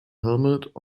helmet